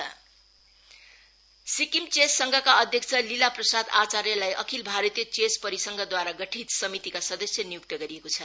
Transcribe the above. chess association Sikkim chess संघका अध्यक्ष लीला प्रसाद् आचार्यलाई अखिल भारतीय चेस परिसंघद्वारा गठित समितिका सदस्य नियुक्त गरिएको छ